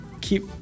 keep